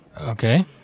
Okay